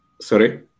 Sorry